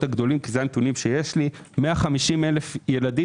הגדולים כי זה הנתונים שיש לי 150,000 ילדים,